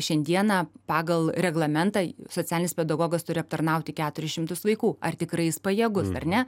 šiandieną pagal reglamentą socialinis pedagogas turi aptarnauti keturis šimtus vaikų ar tikrai jis pajėgus ar ne